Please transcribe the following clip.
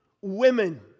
women